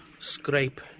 Scrape